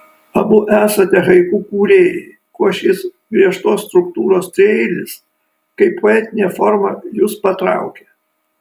abu esate haiku kūrėjai kuo šis griežtos struktūros trieilis kaip poetinė forma jus patraukė